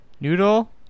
Noodle